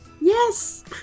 Yes